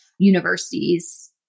universities